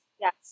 yes